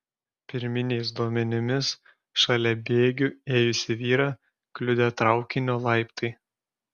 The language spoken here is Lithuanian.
pirminiais duomenimis šalia bėgių ėjusį vyrą kliudė traukinio laiptai